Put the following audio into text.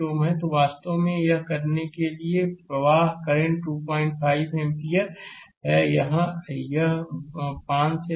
तो वास्तव में यह करने के लिए प्रवाह करंट 25 एम्पीयर है यह 5 से 2 है